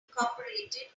incorporated